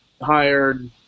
hired